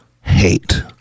hate